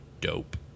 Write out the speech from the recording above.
dope